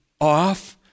off